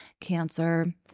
cancer